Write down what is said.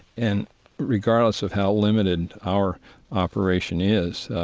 and regardless of how limited our operation is,